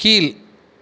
கீழ்